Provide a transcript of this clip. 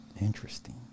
Interesting